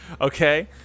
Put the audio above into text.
Okay